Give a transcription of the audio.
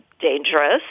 dangerous